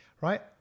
Right